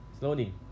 Loading